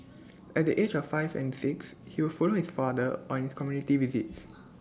at the age of five or six he would follow his father on his community visits